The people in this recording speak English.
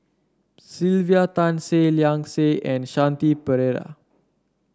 Sylvia Tan Seah Liang Seah and Shanti Pereira